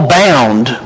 bound